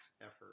effort